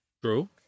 True